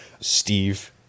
Steve